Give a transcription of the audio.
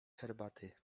herbaty